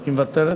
היא מוותרת?